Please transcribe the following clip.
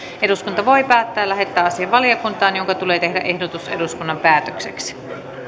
eduskunta voi päättää lähettää asian valiokuntaan jonka tulee tehdä ehdotus eduskunnan päätökseksi